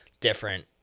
different